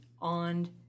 on